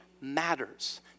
matters